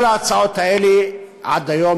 כל ההצעות האלה נדחו עד היום.